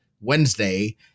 Wednesday